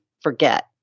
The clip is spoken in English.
forget